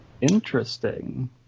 Interesting